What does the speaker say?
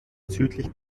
südlichen